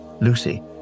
Lucy